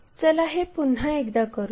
चला हे पुन्हा एकदा करूया